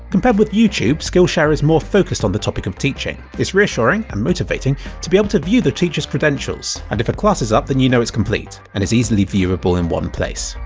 compared with youtube, skillshare is more focused on the topic of teaching. it's reassuring and motivating to be able to view the teacher's credentials, and if a class is up then you know it's complete, and it's easily viewable in one place.